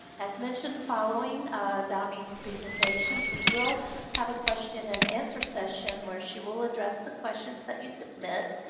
as mentioned, following dami's presentation we will have a question and answer session where she will address the questions that you submit.